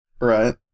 Right